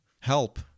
Help